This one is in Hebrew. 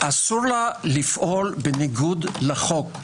אסור לה לפעול בניגוד לחוק,